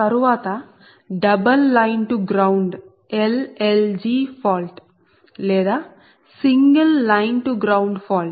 తరువాత double line to ground L L G fault లేదా single line to ground fault